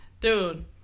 Dude